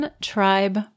tribe